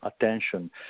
attention